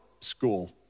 school